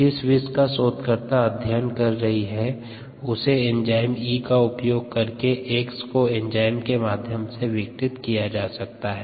जिस विष का शोधकर्ता अध्ययन कर रही है उसे एंजाइम E का उपयोग करके X को एंजाइम के माध्यम से विघटित किया जा सकता है